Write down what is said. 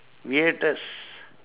weirdest